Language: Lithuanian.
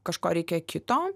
kažko reikia kito